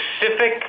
specific